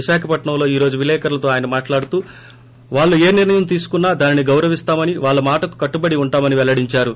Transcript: విశాఖపట్పంలో ఈ రోజు విలేకరులతో ఆయన మాట్లాడుతూ వాళ్లు ఏ నిర్ణయం తీసుకున్నా దానిని గౌరవిస్తామని వాళ్ల మాటకు కట్టుబడి ఉంటామని పెల్లడిందారు